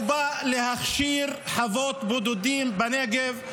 בא להכשיר חוות בודדים בנגב.